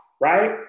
right